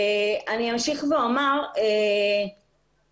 אני אמשיך ואומר שיש